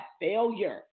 failure